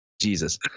Jesus